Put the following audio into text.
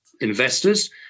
investors